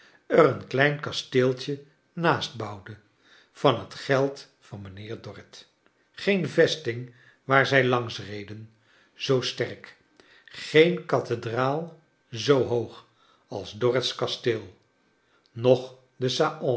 er een klein kasteeltje naast bouwde van het geld van mijnheer dorrit geen vesting waar zrj langs reden zoo sterk geen kathedraal zoo hoog als dorrits kasteel noch de